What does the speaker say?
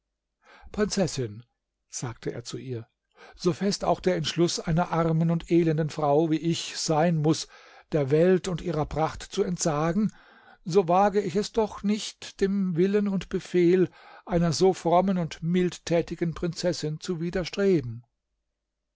prinzessin sagte er zu ihr so fest auch der entschluß einer armen und elenden frau wie ich sein muß der welt und ihrer pracht zu entsagen so wage ich es doch nicht dem willen und befehl einer so frommen und mildtätigen prinzessin zu widerstreben